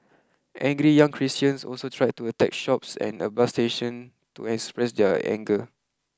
angry young Christians also tried to attack shops and a bus station to express their anger